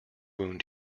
wound